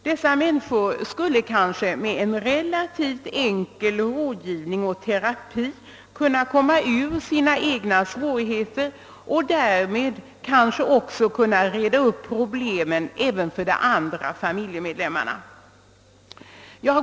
Dessa människor skulle kanske med en relativt enkel rådgivning och terapi kunna komma ur sina egna svårigheter och därmed kanske kunna reda upp problemen även för de andra familjemedlemmarna.